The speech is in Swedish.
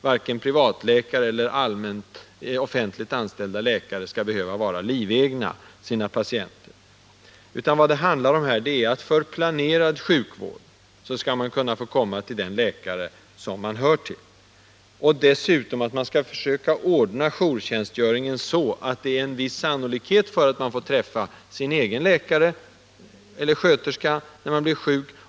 Varken privatläkare eller offentligt anställda läkare skall behöva vara livegna. Vad det handlar om är att för planerad sjukvård skall man kunna komma till den läkare som man tillhör. Dessutom skall jourtjänstgöringen ordnas så, att det finns en viss sannolikhet för att man får träffa sin egen läkare eller sköterska när man blir sjuk.